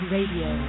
Radio